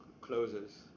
closes